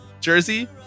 jersey